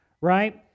Right